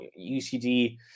ucd